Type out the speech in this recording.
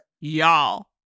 Y'all